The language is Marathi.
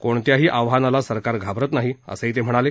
कोणत्याही आव्हानाला सरकार घाबरत नाही असं ते म्हणाले